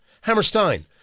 Hammerstein